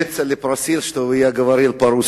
כצל'ה ביקש שאדבר ברוסית.